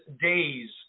days